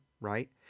right